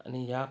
आणि ह्या